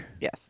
Yes